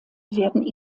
werden